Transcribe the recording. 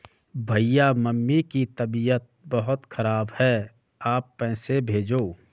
भैया मम्मी की तबीयत बहुत खराब है आप पैसे भेजो